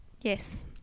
yes